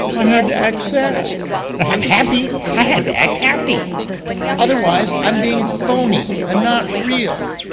i had to act sad and if i'm happy, i had to act happy otherwise, i'm being phony and not real.